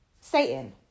Satan